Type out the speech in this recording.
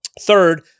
third